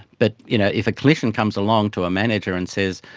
but you know if a clinician comes along to a manager and says,